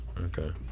Okay